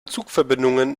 zugverbindungen